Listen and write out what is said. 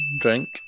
Drink